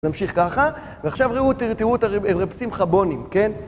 נמשיך ככה, ועכשיו תראו את הר' שמחה בונם, כן?